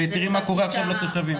ותראו מה קורה עכשיו לתושבים.